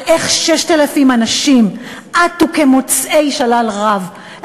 על איך 6,000 אנשים עטו על הטרף כמוצאי שלל רב,